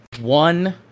one